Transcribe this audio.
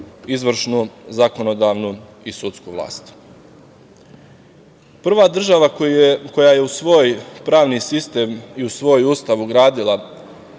izvršnu, zakonodavnu i sudsku vlast. Prva država koja je u svoj pravni sistem i u svoj ustav ugradila